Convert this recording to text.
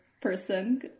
person